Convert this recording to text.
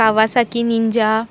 Kawasaki निंजां